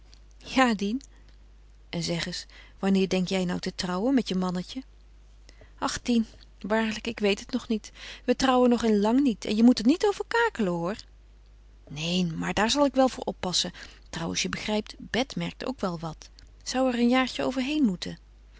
ja dien en zeg eens wanneer denk jij nou te trouwen met je mannetje ach dien waarlijk ik weet het nog niet we trouwen nog in lang niet en je moet er niet over kakelen hoor neen maar daar zal ik wel voor oppassen trouwens je begrijpt bet merkt ook wel wat zou er een jaartje overheen moeten